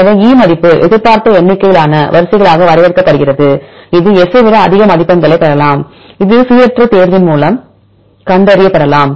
எனவே E மதிப்பு எதிர்பார்த்த எண்ணிக்கையிலான வரிசைகளாக வரையறுக்கப்படுகிறது இது S ஐ விட அதிக மதிப்பெண்களைப் பெறலாம் இது சீரற்ற தேர்வின் மூலம் கண்டறியப்படலாம்